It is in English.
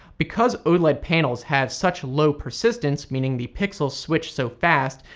because oled like panels have such low persistence, meaning the pixels switch so fast,